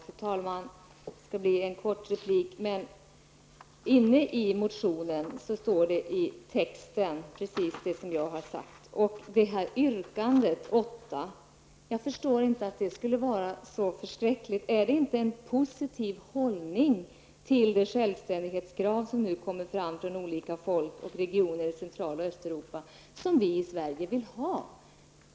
Fru talman! Det skall bli en kort replik. I texten inne i motionen står precis det som jag har sagt. Jag förstår inte att detta yrkande 8 skulle vara så förskräckligt. Är det inte en positiv hållning till de självständighetskrav som nu kommer fram från olika folk och regionier i Central och Östeuropa som vi i Sverige vill ha?